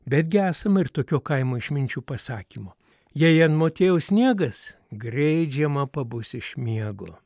bet gi esama ir tokio kaimo išminčių pasakymo jai ant motiejaus sniegas greit žiema pabus iš miego